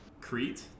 Crete